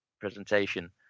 presentation